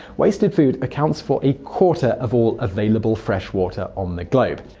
wasted food accounts for a quarter of all available fresh water on the globe.